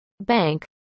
bank